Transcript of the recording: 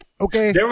okay